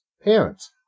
parents